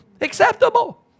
acceptable